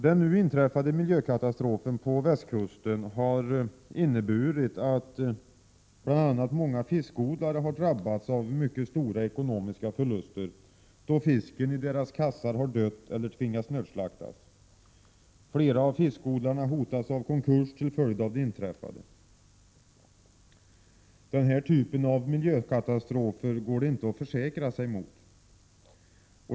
Den nu inträffade miljökatastrofen på västkusten har inneburit att bl.a. många fiskodlare har drabbats av mycket stora ekonomiska förluster, då fisken i deras kassar dött eller har måst nödslaktas. Flera av fiskodlarna hotas av konkurs till följd av det inträffade. Denna typ av miljökatastrof går det inte att försäkra sig mot.